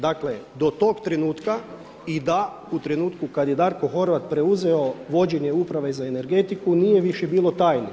Dakle, do tog trenutka i da u trenutku kad je Darko Horvat preuzeo vođenje Uprave za energetiku nije više bilo tajni.